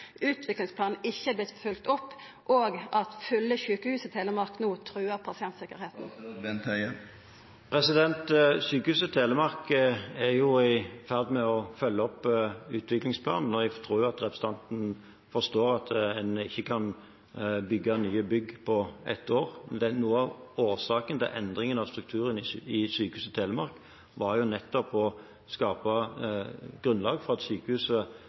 utviklingsplanen ikkje er blitt følgt opp, og at fulle sjukehus i Telemark no truar pasientsikkerheita. Sykehuset Telemark er jo i ferd med å følge opp utviklingsplanen, og jeg tror jo at representanten forstår at en ikke kan bygge nye bygg på ett år. Noe av årsaken til endringen av strukturen i Sykehuset Telemark var jo nettopp å skape grunnlag for